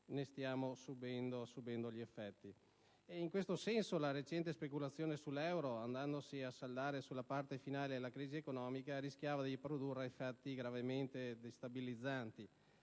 ne stiamo subendo gli effetti. In questo senso, la recente speculazione sull'euro, andandosi a saldare sulla parte finale della crisi economica, rischiava di produrre effetti gravemente destabilizzanti